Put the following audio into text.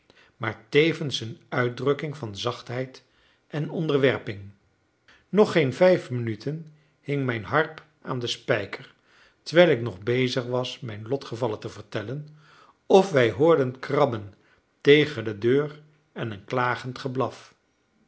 maar tevens een uitdrukking van zachtheid en onderwerping nog geen vijf minuten hing mijn harp aan den spijker terwijl ik nog bezig was mijn lotgevallen te vertellen of wij hoorden krabben tegen de deur en een klagend geblaf